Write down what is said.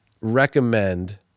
recommend